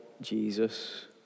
Jesus